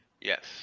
Yes